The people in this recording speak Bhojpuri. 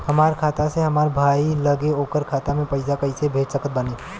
हमार खाता से हमार भाई लगे ओकर खाता मे पईसा कईसे भेज सकत बानी?